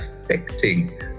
affecting